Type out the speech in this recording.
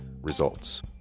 Results